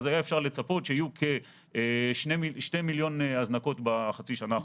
אז היה אפשר לצפות שיהיו כ-2 מיליון הזנקות בחצי השנה האחרונה.